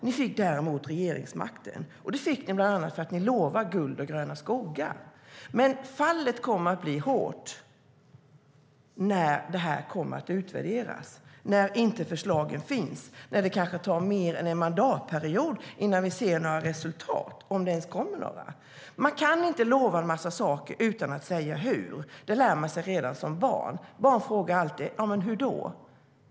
Ni fick däremot regeringsmakten. Det fick ni bland annat för att ni lovade guld och gröna skogar. Men fallet kommer att bli hårt när detta ska utvärderas, när förslagen inte finns och när det kanske tar mer än en mandatperiod innan vi ser några resultat, om det ens kommer några. Man kan inte lova en massa saker utan att säga hur. Det lär man sig redan som barn. Barn frågar alltid: Ja, men hur då?